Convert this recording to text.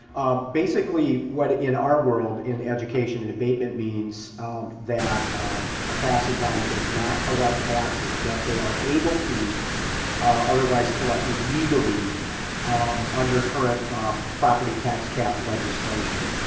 basically, what in our world in education, an and abatement means that a taxing body does not collect taxes that they are able to otherwise collect legally under current property tax cap legislation.